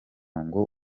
ngo